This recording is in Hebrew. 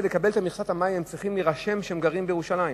כדי לקבל את מכסת המים הם צריכים להירשם שהם גרים בירושלים.